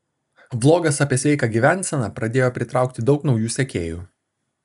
vlogas apie sveiką gyvenseną pradėjo pritraukti daug naujų sekėjų